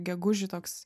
gegužį toks